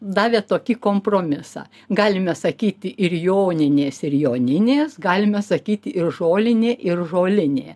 davė tokį kompromisą galime sakyti ir joninės ir joninės galime sakyti ir žolinė ir žolinė